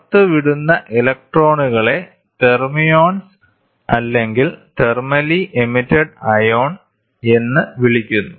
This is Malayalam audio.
പുറത്തുവിടുന്ന ഇലക്ട്രോണുകളെ തെർമിയോൺസ് അല്ലെങ്കിൽ തെർമേലി എമിറ്റഡ് അയോൺ എന്ന് വിളിക്കുന്നു